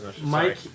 Mike